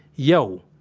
yo.